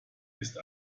ist